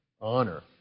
honor